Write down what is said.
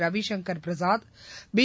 Ravishankar Prasad B